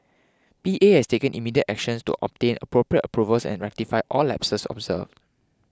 P A has taken immediate actions to obtain appropriate approvals and rectify all lapses observed